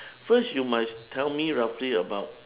first you must tell me roughly about